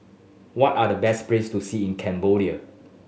what are the best place to see in Cambodia